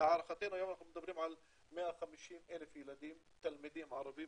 להערכתנו היום אנחנו מדברים על 150,000 תלמידים ערבים